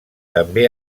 també